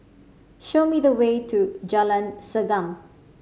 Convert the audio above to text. show me the way to Jalan Segam